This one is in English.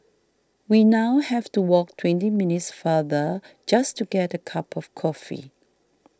we now have to walk twenty minutes farther just to get a cup of coffee